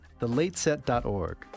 thelateset.org